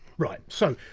right, so,